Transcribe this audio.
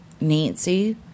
Nancy